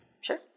Sure